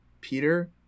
Peter